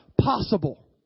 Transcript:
possible